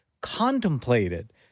contemplated